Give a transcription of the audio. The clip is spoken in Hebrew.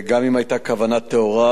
וגם אם היתה כוונה טהורה,